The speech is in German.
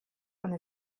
und